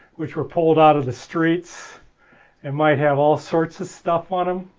which were pulled out of the streets and might have all sorts of stuff on them.